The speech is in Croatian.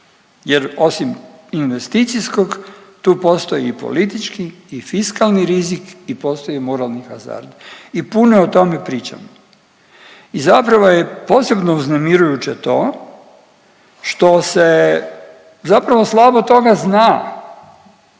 Jer osim investicijskog tu postoji i politički i fiskalni rizik i postoji moralni hazard i puno je o tome pričano. I zapravo je posebno uznemirujuće to što se zapravo slabo toga zna